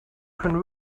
can